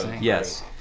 yes